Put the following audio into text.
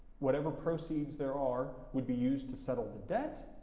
whatever proceeds there are, would be used to settle the debt,